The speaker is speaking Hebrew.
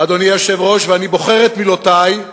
אדוני היושב-ראש, ואני בוחר את מילותי,